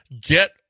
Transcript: Get